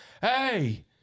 Hey